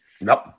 Nope